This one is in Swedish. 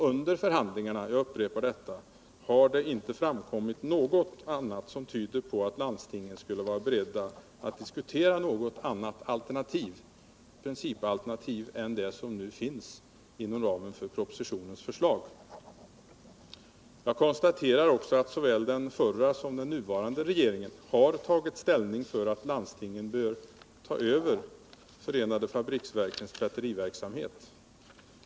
Under förhandlingarna — jag upprepar detta = pet för förenade —- har det inte framkommit något som tyder på att landstingen skulle = fabriksverkens vara beredda att diskutera något annat principalternativ än det som nu = tvätterier finns inom ramen för propositionens förslag. Jag konstaterar också att såväl den förra som den nuvarande regeringen har tagit ställning för att landstingen bör ta över förenade fabriksverkens tvätteriverksamhet.